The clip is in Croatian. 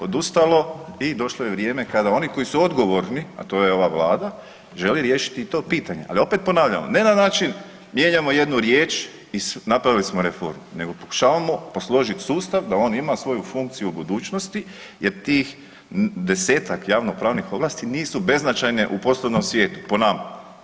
Odustalo i došlo je vrijeme kada oni koji su odgovorni, a to je ova Vlada, želi riješiti i to pitanje, ali opet ponavljamo, ne na način mijenjamo jednu riječ i napravili smo reformu nego pokušavamo posložiti sustav da on ima svoju funkciju u budućnosti jer tih desetak javnopravnih ovlasti nisu beznačajne u poslovnom svijetu, po nama.